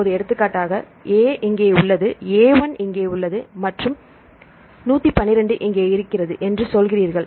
இப்போது எடுத்துக்காட்டாக A இங்கே உள்ளது A1 இங்கே உள்ளது மற்றும் I12 இங்கே இருக்கிறது என்று சொல்கிறீர்கள்